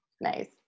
Nice